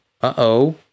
uh-oh